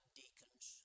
deacons